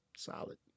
Solid